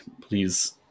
please